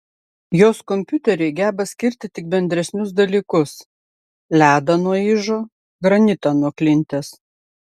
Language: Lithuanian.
jos kompiuteriai geba skirti tik bendresnius dalykus ledą nuo ižo granitą nuo klinties